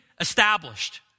established